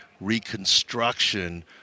reconstruction